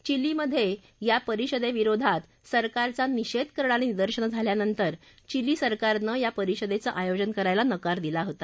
चिलीमध्ये या परिषदेविरोधात सरकारचा निषेध करणारी निदर्शनं झाल्यानंतर चिली सरकारनं या परिषदेचं आयोजन करायला नकार दिला होता